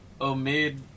Omid